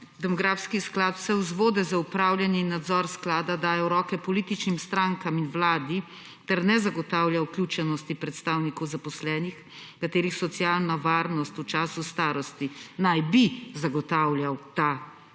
demografski sklad vse vzvode za opravljanje in nadzor sklada daje v roke političnim strankam in Vladi ter ne zagotavlja vključenosti predstavnikov zaposlenih katerih socialna varnost v času starosti naj bi zagotavljal ta sklad.